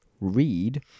Read